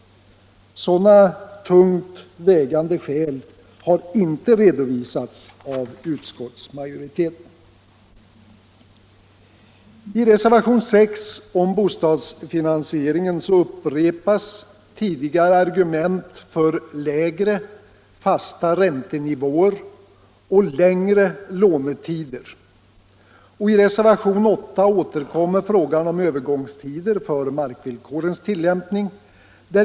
Sådana ”tungt vägande skäl” har inte redovisats av utskottsmajoriteten. I reservation 6 b om bostadsfinansieringen upprepas tidigare argument för lägre, fasta räntenivåer och längre lånetider, och i reservation 8 återkommer frågan om övergångstiden för markvillkorets tillämpning.